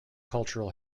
cultural